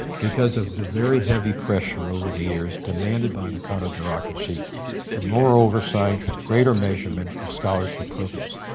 because of the very heavy pressure over the years demanded by the counter-bureaucracy for more oversight, greater measurement of scholarship programs.